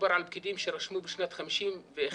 מדובר על פקידים שרשמו בשנת 51'